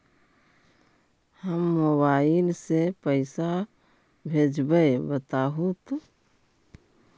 हम मोबाईल से पईसा भेजबई बताहु तो?